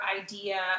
idea